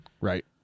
Right